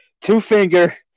two-finger